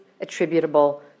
attributable